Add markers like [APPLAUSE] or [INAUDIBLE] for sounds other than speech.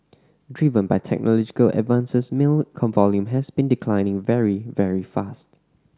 driven by technological advances mail [UNINTELLIGIBLE] volume has been declining very very fast